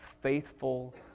faithful